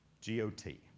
G-O-T